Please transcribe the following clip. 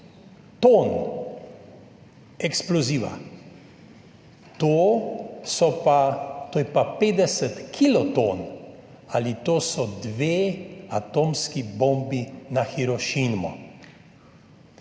to so pa, to je pa 50 kiloton ali to so dve atomski bombi na Hirošimo.